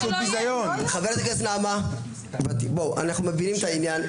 אנחנו מבינים את העניין,